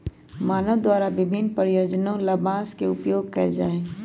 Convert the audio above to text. मानव द्वारा विभिन्न प्रयोजनों ला बांस के उपयोग कइल जा हई